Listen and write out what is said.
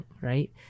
Right